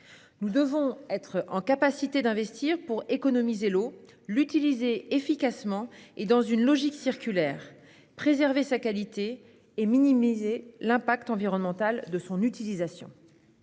nous donner les moyens d'investir pour économiser l'eau, l'utiliser efficacement et selon une logique circulaire, préserver sa qualité et minimiser l'impact environnemental de cette utilisation.